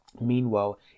meanwhile